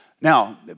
Now